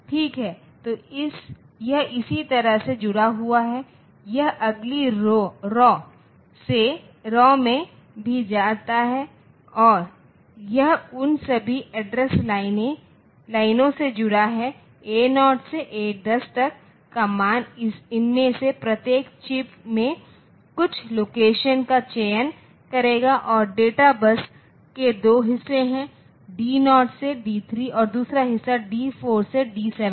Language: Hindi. ठीक है तो यह इसी तरह से जुड़ा हुआ है यह अगली रौ में भी जाता है और यह उन सभी एड्रेस लाइनें से जुड़ा है A0 से A10 का मान इनमें से प्रत्येक चिप में कुछ लोकेशन का चयन करेगा और डेटा बस के दो हिस्से D0 से D3 और दूसरा हिस्सा D4 से D7 तक